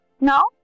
Now